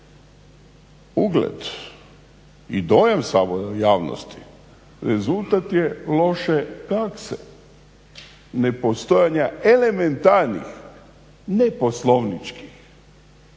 Ugled i dojam Sabora u javnosti rezultat je loše prakse nepostojanja elementarnih ne poslovničkih